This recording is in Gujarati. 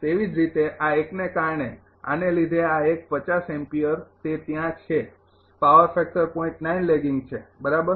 તેવી જ રીતે આ એકને કારણે આના લીધે આ એક તે ત્યાં છે પાવર ફેક્ટર લેગિંગ છે બરાબર